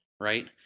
right